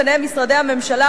וביניהם משרדי ממשלה,